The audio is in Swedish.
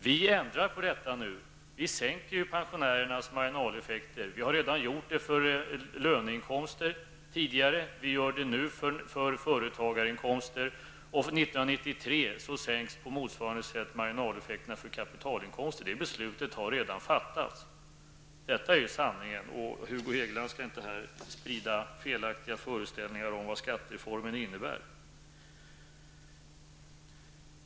Vi ändrar nu på detta. Vi minskar pensionärernas marginaleffekter. Det har vi redan tidigare gjort för löneinkomster, och vi gör det nu för företagarinkomster. År 1993 minskas på motsvarande sätt marginaleffekterna för kapitalinkomster. Det beslutet har redan fattats. Detta är sanningen, och Hugo Hegeland skall inte här sprida felaktiga föreställningar om vad skattereformen innebär.